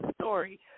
story